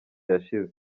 yashize